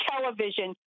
television